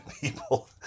people